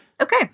Okay